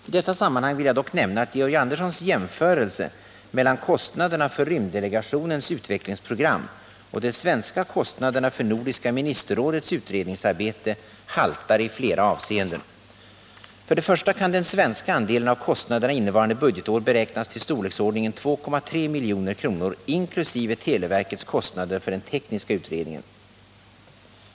I detta sammanhang vill jag dock nämna att Georg Anderssons jämförelse mellan kostnaderna för rymddelegationens utvecklingsprogram och de svenska kostnaderna för nordiska ministerrådets utredningsarbete haltar i flera avseenden. För det första kan den svenska andelen av kostnaderna innevarande budgetår beräknas till storleksordningen 2,3 milj.kr. inkl. televerkets kostnader för den tekniska utredningen.